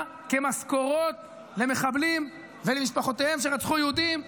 כמשכורות למחבלים שרצחו יהודים ולמשפחותיהם.